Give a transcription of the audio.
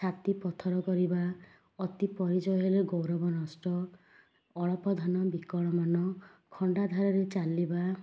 ଛାତି ପଥର କରିବା ଅତି ପରିଚୟ ହେଲେ ଗୌରବ ନଷ୍ଟ ଅଳପ ଧନ ବିକଳ ମନ ଖଣ୍ଡା ଧାରରେ ଚାଲିବା